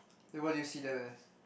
then what do you see them as